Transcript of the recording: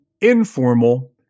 informal